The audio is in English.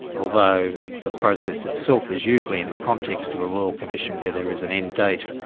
although the process itself is usually in the context of a royal commission where there is an end date.